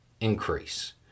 increase